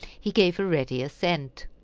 he gave a ready assent.